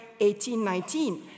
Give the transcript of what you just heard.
1819